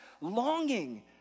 longing